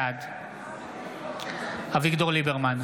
בעד אביגדור ליברמן,